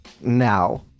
Now